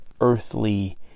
earthly